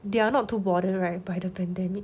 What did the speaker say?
they are not too bothered right by the pandemic